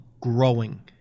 growing